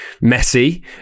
messy